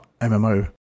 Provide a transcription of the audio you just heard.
MMO